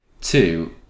Two